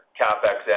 capex